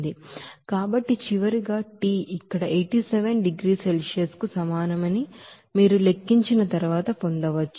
కాబట్టి చివరగా టి ఇక్కడ 87 డిగ్రీల సెల్సియస్ కు సమానమని మీరు లెక్కించిన తరువాత పొందవచ్చు